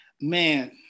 Man